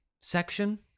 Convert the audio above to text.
section